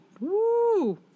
Woo